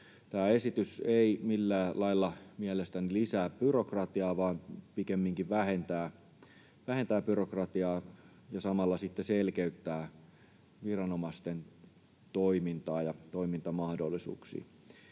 Tämä esitys ei millään lailla mielestäni lisää byrokratiaa vaan pikemminkin vähentää byrokratiaa ja samalla sitten selkeyttää viranomaisten toimintaa ja toimintamahdollisuuksia.